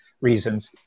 reasons